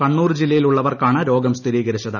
കണ്ണൂർ ജില്ലയിലുള്ളവർക്കാണ് രോഗം സ്ഥിരീകരിച്ചത്